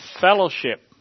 fellowship